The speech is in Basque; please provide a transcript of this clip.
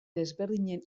desberdinen